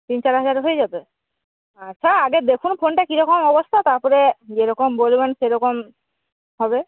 তিন চার হাজারে হয়ে যাবে আচ্ছা আগে দেখুন ফোনটা কীরকম অবস্থা তারপরে যেরকম বলবেন সেরকম হবে